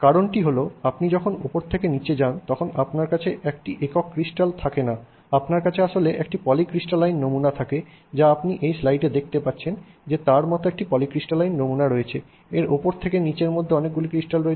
কারণটি হল আপনি যখন উপরে থেকে নীচে যান তখন আপনার কাছে একটি একক ক্রিস্টাল থাকে না আপনার কাছে আসলে একটি পলিক্রিস্টালাইন নমুনা থাকে যা আপনি এই স্লাইডে দেখতে পাচ্ছেন যে তার মতো একটি পলিক্রিস্টালাইন নমুনা রয়েছে এবং উপর থেকে নিচের মধ্যে অনেকগুলি ক্রিস্টাল রয়েছে